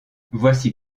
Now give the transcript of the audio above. voici